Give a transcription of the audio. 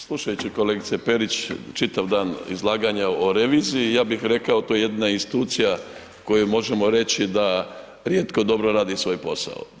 Slušaju kolegice Perić, čitav dan izlaganja o reviziji, ja bih rekao, to je jedna institucija za koju možemo reći da rijetko dobro radi svoj posao.